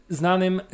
znanym